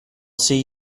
see